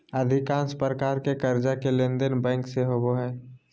अधिकांश प्रकार के कर्जा के लेनदेन बैंक से होबो हइ